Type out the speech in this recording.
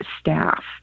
staff